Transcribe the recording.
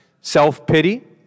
self-pity